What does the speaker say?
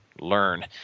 learn